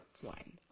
one